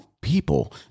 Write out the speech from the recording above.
people